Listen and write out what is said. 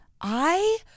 I-